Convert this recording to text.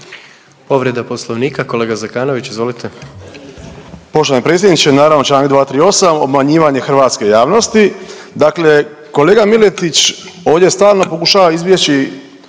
Povreda Poslovnika, kolega Zekanović izvolite. **Zekanović, Hrvoje (HDS)** Poštovani predsjedniče naravno Članak 238., obmanjivanje hrvatske javnosti. Dakle, kolega Miletić ovdje stalno pokušava izbjeći,